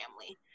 family